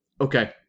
okay